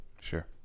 Sure